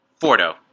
Fordo